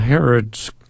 Herod's